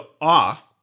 off